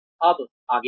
अब आगे क्या